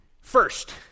first